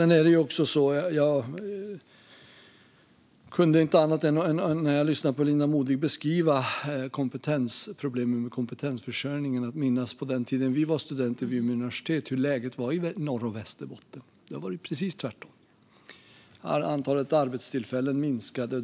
När jag lyssnar på Linda Modigs beskrivning av problemen med kompetensförsörjningen minns jag den tid när vi var studenter vid universitet och hur läget då var i Norrbotten och Västerbotten. Då var det var precis tvärtom, och antalet arbetstillfällen minskade.